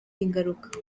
ingaruka